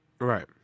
Right